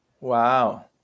Wow